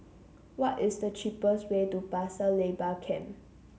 what is the cheapest way to Pasir Laba Camp